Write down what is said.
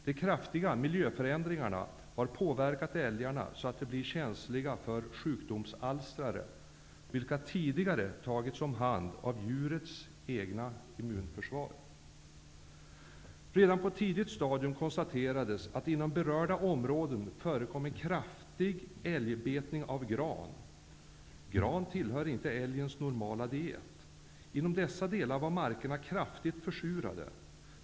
De kraftiga miljöförändringarna har påverkat älgarna så att de blir känsliga för sjukdomsalstrare som tidigare tagits om hand av djurets eget immunförsvar. Redan på ett tidigt stadium konstaterades att det inom berörda områden förekom att älgar ofta betade gran. Gran tillhör inte älgens normala diet. Inom dessa områden var markerna kraftigt försurade.